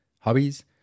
hobbies